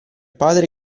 padre